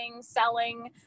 selling